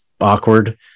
awkward